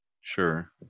sure